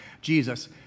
Jesus